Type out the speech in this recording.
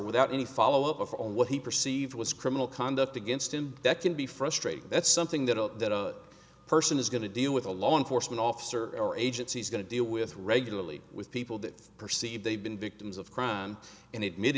without any follow up of on what he perceived was criminal conduct against him that can be frustrating that's something that a person is going to deal with a law enforcement officer or agency's going to deal with regularly with people that perceive they've been victims of crime and